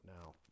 now